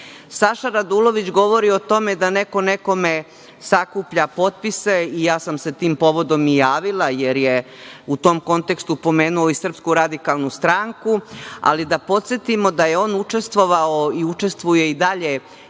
Saša Radulović govori o tome da neko nekome sakuplja potpise, i ja sam se tim povodom i javila, jer je u tom kontekstu pomenuo i SRS.Da podsetimo da je on učestvovao i učestvuje i dalje,